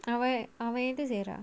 அவன்அவன்எங்கசெய்றான்:avan avan enka seiran